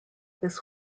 this